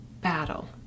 battle